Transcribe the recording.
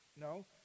No